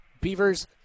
Beavers